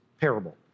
parable